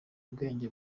ubwenge